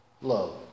love